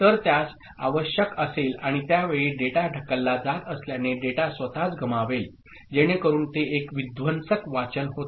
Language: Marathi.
तर त्यास आवश्यक असेल आणि त्या वेळी डेटा ढकलला जात असल्याने डेटा स्वतःच गमावेल जेणेकरून ते एक विध्वंसक वाचन होते